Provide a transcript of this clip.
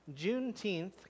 Juneteenth